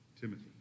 Timothy